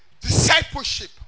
discipleship